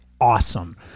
awesome